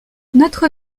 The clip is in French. notre